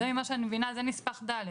כפי שאני מבינה זה נספח ד'.